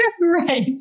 Right